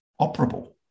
operable